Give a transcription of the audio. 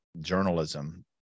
journalism